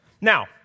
Now